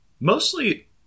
Mostly